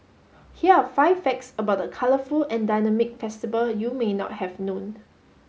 here are five facts about the colourful and dynamic festival you may not have known